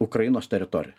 ukrainos teritorijoje